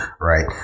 right